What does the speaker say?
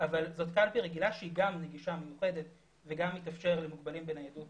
אבל זאת קלפי רגילה שהיא גם נגישה ומיוחדת וגם מתאפשר למוגבלים בניידות